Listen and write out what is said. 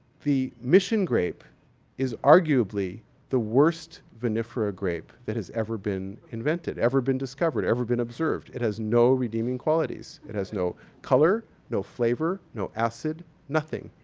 the mission grape is arguably the worst vinifera grape that has ever been invented, ever been discovered, ever been observed. it has no redeeming qualities. it has no color, no flavor, no acid, nothing.